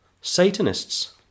Satanists